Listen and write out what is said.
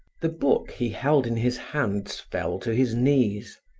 the book he held in his hands fell to his knees.